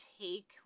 take